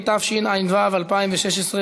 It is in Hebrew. התשע"ו 2016,